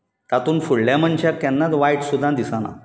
तातूंत फुडल्या मनशाक केन्नात वायट सुद्दां दिसना